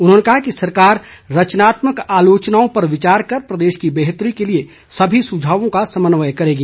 उन्होंने कहा कि सरकार रचनात्मक आलोचनाओं पर विचार कर प्रदेश की बेहतरी के लिए सभी सुझावों का समन्वय करेगी